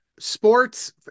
sports